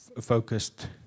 focused